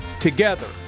together